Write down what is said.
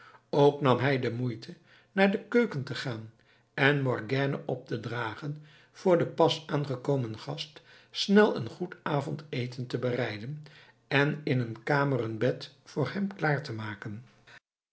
ook nam hij de moeite naar de keuken te gaan en morgiane op te dragen voor den pas aangekomen gast snel een goed avondeten te bereiden en in een kamer een bed voor hem klaar te maken